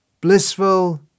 blissful